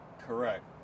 Correct